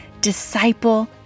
Disciple